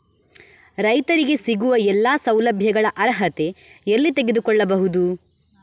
ರೈತರಿಗೆ ಸಿಗುವ ಎಲ್ಲಾ ಸೌಲಭ್ಯಗಳ ಅರ್ಹತೆ ಎಲ್ಲಿ ತಿಳಿದುಕೊಳ್ಳಬಹುದು?